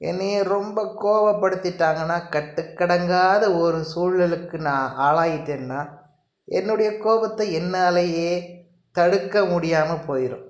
என்னைய ரொம்ப கோவப்படுத்திட்டாங்கனா கட்டுக்கடங்காத ஒரு சூழலுக்கு நான் ஆளாகிட்டேன்னா என்னுடைய கோவத்தை என்னாலேயே தடுக்க முடியாமல் போயிரும்